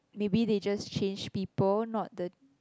maybe they just change people not the